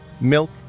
milk